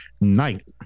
night